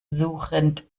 suchend